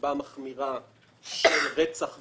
נסיבה מחמירה של רצח בכוונה.